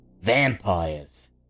Vampires